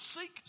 seek